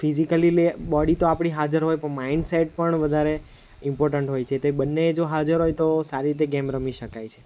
physically લે body તો આપણી હાજર હોય પણ માઇન્ડ સેટ પણ વધારે ઇમ્પોર્ટન્ટ હોય છે તે બંને જો હાજર હોય તો સારી રીતે ગેમ રમી શકાય છે